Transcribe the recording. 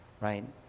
Right